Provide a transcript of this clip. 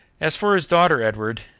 as for his daughter, edward,